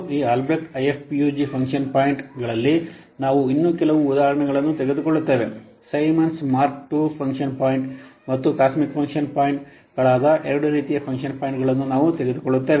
ಈ Albrecht IFPUG function ಪಾಯಿಂಟ್ಗಳಲ್ಲಿ ನಾವು ಇನ್ನೂ ಕೆಲವು ಉದಾಹರಣೆಗಳನ್ನು ತೆಗೆದುಕೊಳ್ಳುತ್ತೇವೆ Symons Mark II function point ಮತ್ತು ಕಾಸ್ಮಿಕ್ ಫಂಕ್ಷನ್ ಪಾಯಿಂಟ್ಗಳಾದ ಎರಡು ರೀತಿಯ ಫಂಕ್ಷನ್ ಪಾಯಿಂಟ್ಗಳನ್ನು ನಾವು ತೆಗೆದುಕೊಳ್ಳುತ್ತೇವೆ